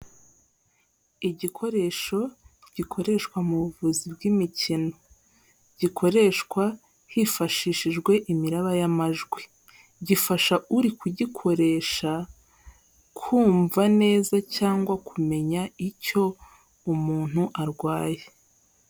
Igikoresho gikoreshwa mu buvuzi bw'imikino, gikoreshwa hifashishijwe imiraba yamajwi, gifasha uri kugikoresha kumva neza cyangwa kumenya icyo umuntu arwaye.